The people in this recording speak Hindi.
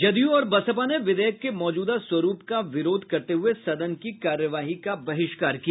जदयू और बसपा ने विधेयक के मौजूदा स्वरूप का विरोध करते हुए सदन की कार्यवाही का बहिष्कार किया